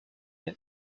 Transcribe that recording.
est